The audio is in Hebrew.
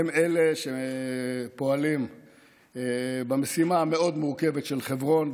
הן אלה שפועלות במשימה המאוד-מורכבת של חברון,